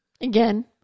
again